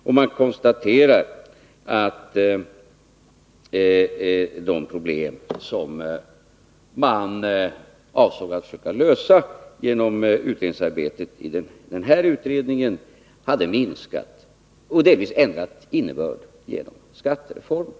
Man kunde konstatera att de problem som man avsåg att försöka lösa genom utredningsarbetet i denna kommitté hade minskat och delvis ändrat innebörd genom skattereformen.